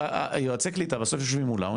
יועצי הקליטה בסוף יושבים מולם,